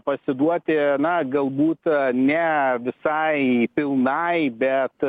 pasiduoti na galbūt ne visai pilnai bet